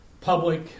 public